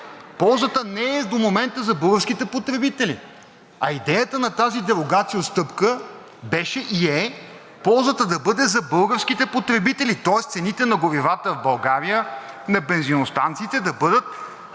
Ползата не е до момента за българските потребители, а идеята на тази дерогация – отстъпка, беше и е ползата да бъде за българските потребители, тоест цените на горивата в България на бензиностанциите да бъдат